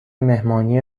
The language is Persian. مهمانی